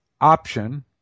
option